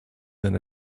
than